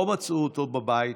לא מצאו אותו בבית,